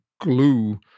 glue